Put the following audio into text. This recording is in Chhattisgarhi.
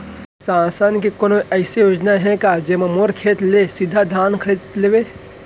शासन के कोनो अइसे योजना हे का, जेमा मोर खेत ले सीधा धान खरीद लेवय?